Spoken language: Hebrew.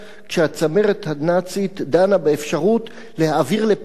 כשהצמרת הנאצית דנה באפשרות להעביר לפסים